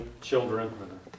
children